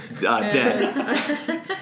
dead